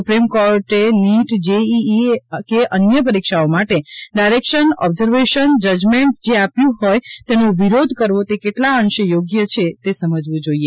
supreme કોર્ટે NEET JEE કે અન્ય પરીક્ષાઓ માટે ડાયરેકશન ઓર્બ્જવેશન જજમેન્ટ જે આપ્યું હોય તેનો વિરોધ કરવો તે કેટલાં અંશે યોગ્ય છે તે સમજવું જોઈએ